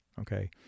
okay